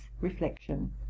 reflection